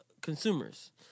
consumers